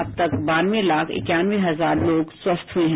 अब तक बानवे लाख इक्यानवे हजार लोग स्वस्थ हुए हैं